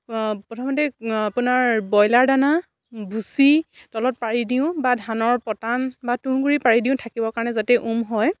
প্ৰথমতে আপোনাৰ ব্ৰইলাৰ দানা ভুচি তলত পাৰি দিওঁ বা ধানৰ পটান বা তুঁহগুড়ি পাৰি দিওঁ থাকিবৰ কাৰণে যাতে উম হয়